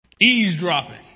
eavesdropping